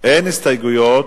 אין הסתייגויות,